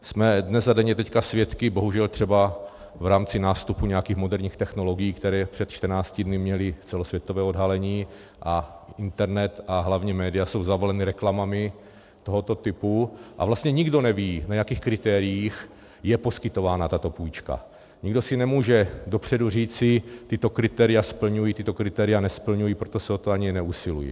Jsme dnes a denně teď svědky, bohužel třeba v rámci nástupu nějakých moderních technologií, které před čtrnácti dny měly celosvětové odhalení, a internet a hlavně média jsou zavaleny reklamami tohoto typu a vlastně nikdo neví, na jakých kritériích je poskytována tato půjčka, nikdo si nemůže dopředu říci: tato kritéria splňují, tato kritéria nesplňují, proto o to ani neusilují.